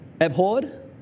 Abhorred